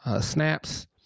snaps